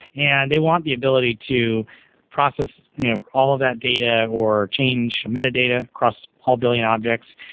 and they want the ability to process you know all of that data, or change metadata across all billion objects.